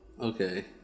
okay